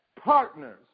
partners